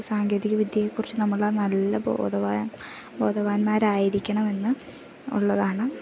സാങ്കേതിക വിദ്യയെ കുറിച്ചു നമ്മൾ നല്ല ബോധവാന്മാരായിരിക്കണം എന്ന് ഉള്ളതാണ്